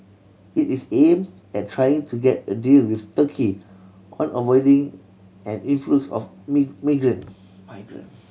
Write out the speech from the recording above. it is aimed at trying to get a deal with Turkey on avoiding an influx of me migrant